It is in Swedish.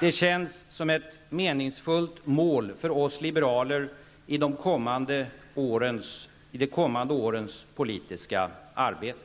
Det känns som ett meningsfullt mål för oss liberaler i de kommande årens politiska arbete.